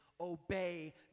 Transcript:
obey